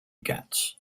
ghats